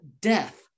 death